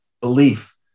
belief